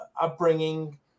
upbringing